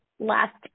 last